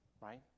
right